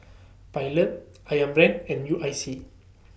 Pilot Ayam Brand and U I C